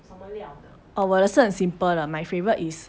oh 我的是很 simple 的 my favourite is